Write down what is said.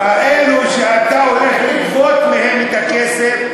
אלו שאתה הולך לגבות מהם את הכסף,